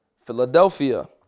Philadelphia